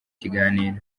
kiganiro